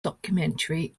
documentary